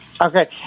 Okay